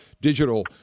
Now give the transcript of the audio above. digital